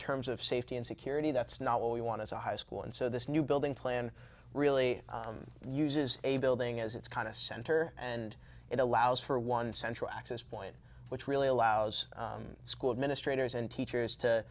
terms of safety and security that's not what we want as a high school and so this new building plan really uses a building as its kind of center and it allows for one central access point which really allows school administrators and teachers to